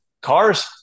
cars